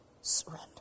surrender